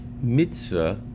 mitzvah